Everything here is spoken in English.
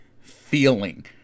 feeling